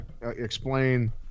explain